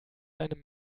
einem